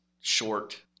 short